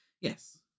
yes